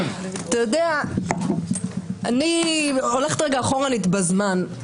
אני הולכת רגע אחורנית בזמן.